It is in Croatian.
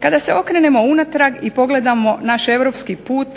Kada se okrenemo unatrag i pogledamo naš europski put